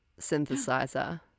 synthesizer